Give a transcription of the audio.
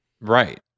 Right